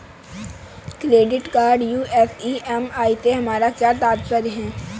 Credit card US EMI से हमारा क्या तात्पर्य है?